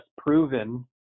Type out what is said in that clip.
proven